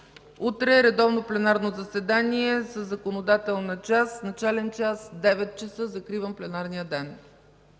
Утре – редовно пленарно заседание със законодателна част. Начален час – 9,00. Закривам пленарния ден.